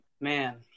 Man